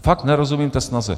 Fakt nerozumím té snaze.